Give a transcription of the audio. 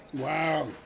Wow